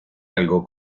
algo